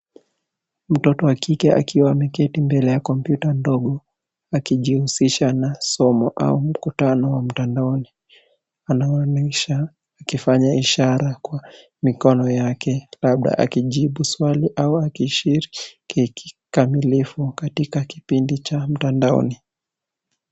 Mtoto wa kike akiwa ameketi mbele ya kompyuta ndogo, akijuhusisha na somo au mkutano wa mtandaoni. Anaonesha akifanya ishara kwa mikono yake, labda akijibu swali au akishiriki kikamilifu katika kipindi cha mtandaoni.